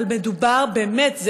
אבל מדובר באמת,